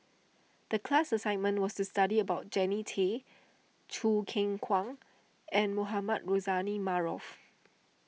the class assignment was to study about Jannie Tay Choo Keng Kwang and Mohamed Rozani Maarof